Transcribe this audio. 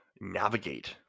navigate